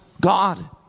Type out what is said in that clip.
God